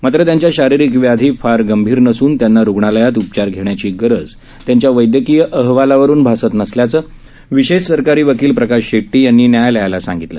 मात्र त्यांच्या शारीरिक व्याधी फार गंभीर नसुन त्यांना रुग्णालयात उपचार घेण्याची गरज त्यांच्या वैदयकीय अहवालावरून भासत नसल्याचं विशेष सरकारी वकील प्रकाश शेट़टी यांनी न्यायालयाला सांगितलं